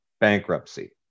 bankruptcy